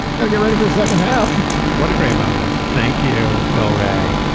go get ready for the second half what a great moment. thank you, bill. ray.